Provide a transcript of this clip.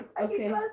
Okay